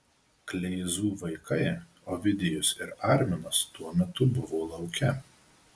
kleizų vaikai ovidijus ir arminas tuo metu buvo lauke